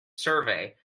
survey